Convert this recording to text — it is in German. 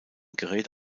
gerät